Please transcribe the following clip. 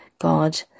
God